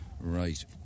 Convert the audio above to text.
Right